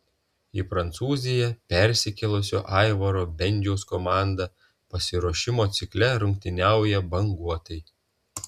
į prancūziją persikėlusio aivaro bendžiaus komanda pasiruošimo cikle rungtyniauja banguotai